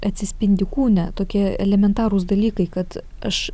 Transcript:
atsispindi kūne tokie elementarūs dalykai kad aš